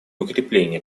укрепления